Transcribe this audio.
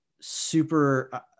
super –